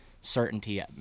certainty